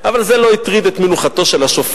אבל זה לא הטריד את מנוחתו של השופט,